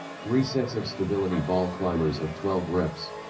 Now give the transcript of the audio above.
three sets of stability ball climbers of twelve reps.